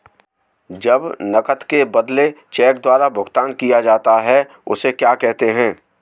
जब नकद के बदले चेक द्वारा भुगतान किया जाता हैं उसे क्या कहते है?